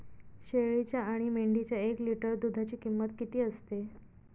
शेळीच्या आणि मेंढीच्या एक लिटर दूधाची किंमत किती असते?